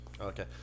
Okay